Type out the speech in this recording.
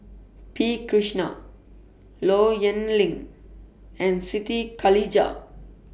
P Krishnan Low Yen Ling and Siti Khalijah